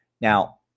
Now